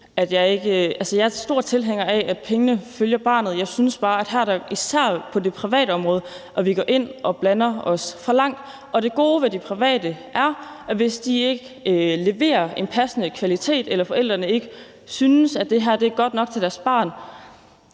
jeg er stor tilhænger af, at pengene følger barnet. Jeg synes bare, at her går vi ind og blander os for meget, især på det private område, og det gode ved de private er, at hvis de ikke leverer en passende kvalitet eller forældrenes ikke synes, at det er godt nok til deres barn,